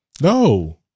No